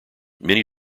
many